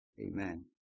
Amen